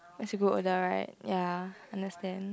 I should go on direct ya understand